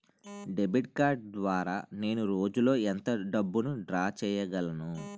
Debit card ద్వారా నేను రోజు లో ఎంత డబ్బును డ్రా చేయగలను?